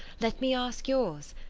let me ask yours.